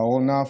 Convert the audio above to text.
חרון אף,